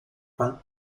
fand